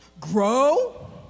grow